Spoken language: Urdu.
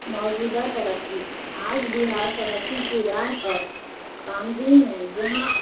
موزودہ ترقی آج بہار ترقی کی راہ پر کامزین ہیں جہاں